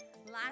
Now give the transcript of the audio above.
Last